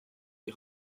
die